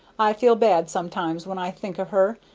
i feel bad sometimes when i think of her,